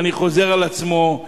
חוזר על עצמו,